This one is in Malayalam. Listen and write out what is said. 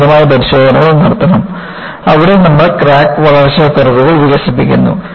നമ്മൾ വിശദമായ പരിശോധനകൾ നടത്തണം അവിടെ നമ്മൾ ക്രാക്ക് വളർച്ച കർവ്വുകൾ വികസിപ്പിക്കുന്നു